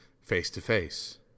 face-to-face